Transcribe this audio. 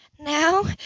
Now